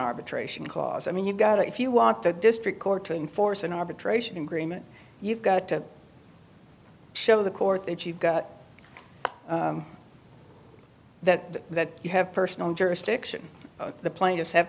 arbitration cause i mean you've got if you want the district court to enforce an arbitration agreement you've got to show the court that you've got that that you have personal jurisdiction the plaintiffs have